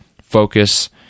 focus